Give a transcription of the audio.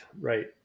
Right